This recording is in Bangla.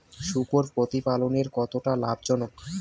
শূকর প্রতিপালনের কতটা লাভজনক?